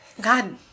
God